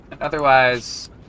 otherwise